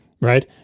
right